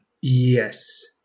Yes